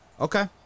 Okay